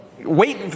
wait